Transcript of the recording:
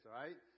right